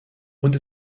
und